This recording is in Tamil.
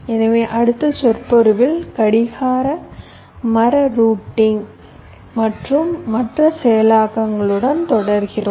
எனவே அடுத்த சொற்பொழிவில் கடிகார மர ரூட்டிங் மற்றும் மற்ற செயலாக்கங்களுடன் தொடர்வோம்